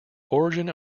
origin